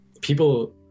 people